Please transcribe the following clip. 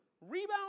rebound